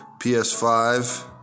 PS5